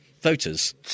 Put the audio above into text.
voters